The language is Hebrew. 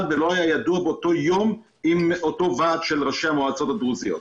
וידוע באותו יום עם אותו ועד של ראשי המועצות הדרוזיות.